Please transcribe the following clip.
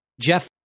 Jeff